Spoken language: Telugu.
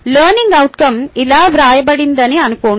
లెర్నింగ్ అవుట్కo ఇలా వ్రాయబడిందని అనుకోండి